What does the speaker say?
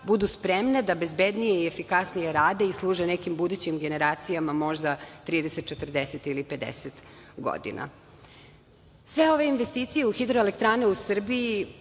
budu spremne da bezbednije i efikasnije rade i služe nekim budućim generacijama možda 30, 40 ili 50 godina. Sve ove investicije u hidroelektrane u Srbiji